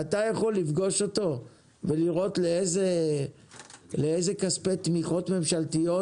אתה יכול לפגוש אותו ולראות לאיזה כספי תמיכות ממשלתיות,